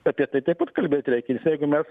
apie tai taip pat kalbėt reikia nes jeigu mes